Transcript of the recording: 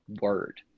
word